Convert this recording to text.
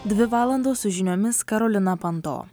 dvi valandos su žiniomis karolina panto